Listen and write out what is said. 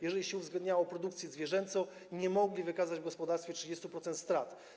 Jeżeli się uwzględniało produkcję zwierzęcą, nie mogli wykazać w gospodarstwie 30% strat.